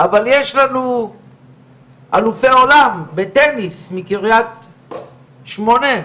אבל יש לנו אלופי עולם בטניס מקרית שמונה,